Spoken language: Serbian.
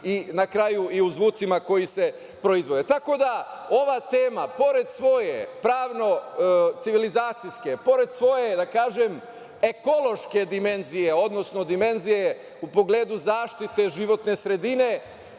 i na kraju i u zvucima koji se proizvode. Tako da ova tema, pored svoje pravno-civilizacijske, pored svoje ekološke dimenzije, odnosno dimenzije u pogledu zaštite životne sredine,